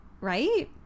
Right